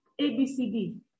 ABCD